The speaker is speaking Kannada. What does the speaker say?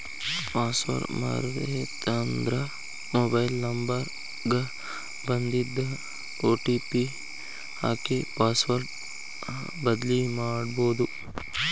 ಪಾಸ್ವರ್ಡ್ ಮರೇತಂದ್ರ ಮೊಬೈಲ್ ನ್ಂಬರ್ ಗ ಬನ್ದಿದ್ ಒ.ಟಿ.ಪಿ ಹಾಕಿ ಪಾಸ್ವರ್ಡ್ ಬದ್ಲಿಮಾಡ್ಬೊದು